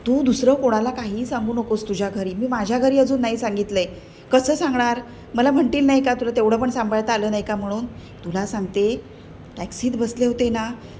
तू दुसरं कोणाला काहीही सांगू नकोस तुझ्या घरी मी माझ्या घरी अजून नाही सांगितलं आहे कसं सांगणार मला म्हणतील नाही का तुला तेवढं पण सांभाळत आलं नाही का म्हणून तुला सांगते टॅक्सीत बसले होते ना